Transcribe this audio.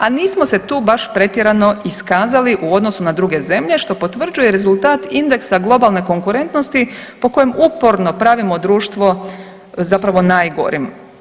A nismo se tu baš pretjerano iskazali u odnosu na druge zemlje, što potvrđuje rezultat indeksa globalne konkurentnosti po kojem uporno pravimo društvo zapravo najgorim.